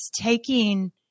taking